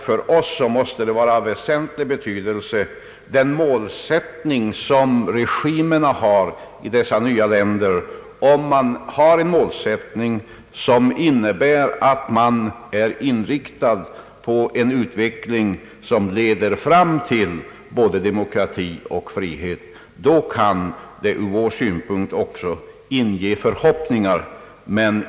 För oss måste regimernas målsättning i dessa nya länder vara av väsentlig betydelse. Om deras målsättning är inriktad på en utveckling som leder fram till både demokrati och frihet, då kan det ur vår synpunkt inge förhoppningar.